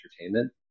entertainment